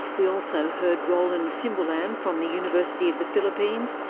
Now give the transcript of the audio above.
we also heard roland simbulan from the university of the philippines,